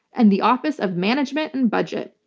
and the office of management and budget.